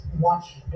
watch